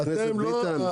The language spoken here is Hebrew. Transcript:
הוא עושה את זה בפעם,